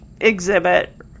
exhibit